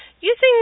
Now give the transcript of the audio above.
using